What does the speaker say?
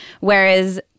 whereas